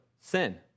sin